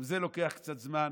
גם זה לוקח קצת זמן.